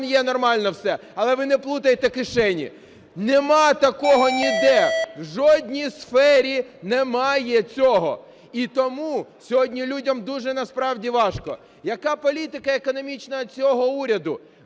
є нормально все. Але ви не плутайте кишені. Нема такого ніде, в жодній сфері немає цього. І тому сьогодні людям дуже насправді важко. Яка політика економічна цього уряду?